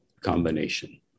combination